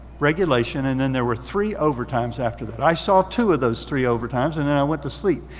regulation and then there were three overtimes after that. i saw two of those three overtimes and then i went to sleep.